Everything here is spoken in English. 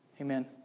Amen